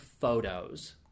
photos